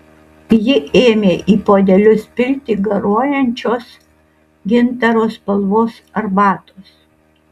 ji ėmė į puodelius pilti garuojančios gintaro spalvos arbatos